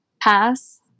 pass